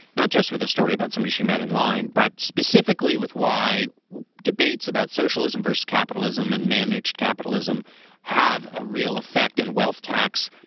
not just with a story about someone she met in line, but specifically with why debates about socialism versus capitalism and managed capitalism have a real effect on and wealth tax,